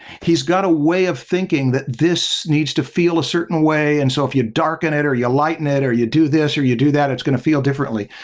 he's got a way of thinking that this needs to feel a certain way and so, if you darken it or you lighten it or you do this or you do that, it's going to feel differently.